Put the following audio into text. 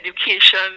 education